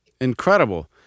Incredible